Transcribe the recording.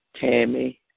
Tammy